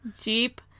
Jeep